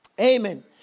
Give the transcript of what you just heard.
Amen